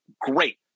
great